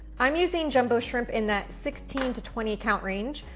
i'm using jumbo shrimp in that sixteen to twenty count range,